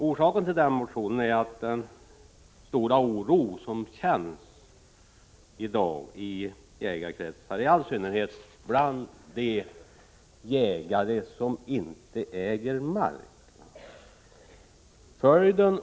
Orsaken till motionen är den stora oro som finns i dag i jägarkretsar, i all synnerhet bland de jägare som inte äger mark.